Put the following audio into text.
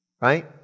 Right